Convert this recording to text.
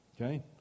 Okay